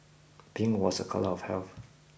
pink was a colour of health